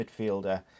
midfielder